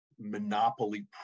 monopoly